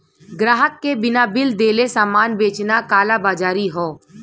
ग्राहक के बिना बिल देले सामान बेचना कालाबाज़ारी हौ